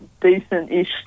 Decent-ish